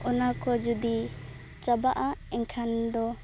ᱚᱱᱟ ᱠᱚ ᱡᱩᱫᱤ ᱪᱟᱵᱟᱜᱼᱟ ᱮᱱᱠᱷᱟᱱ ᱫᱚ